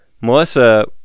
Melissa